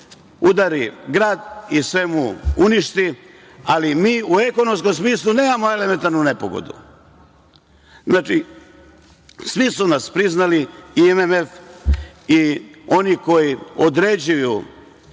udari grad i sve mu uništi ali mi u ekonomskom smislu nemamo elementarnu nepogodu. Znači, svi su nas priznali i MMF i oni koji određuju